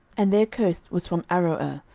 and their coast was from aroer,